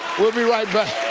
we'll be right back.